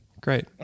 great